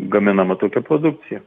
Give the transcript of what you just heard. gaminama tokia produkcija